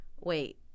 wait